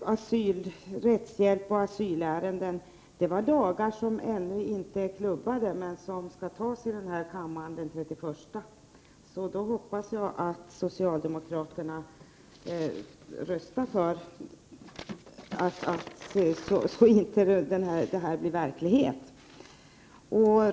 om rättshjälp i asylärenden. Vad jag syftade på var lagärenden som ännu inte är klubbade men som skall avgöras i kammaren den 31 maj. Jag hoppas att socialdemokraterna röstar så, att dessa lagar inte genomförs.